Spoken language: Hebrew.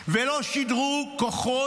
ולא שידרו כוחות